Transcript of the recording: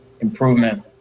improvement